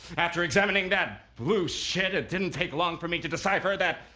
after examining that blue shit it didn't take long for me to decipher that,